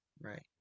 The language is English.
right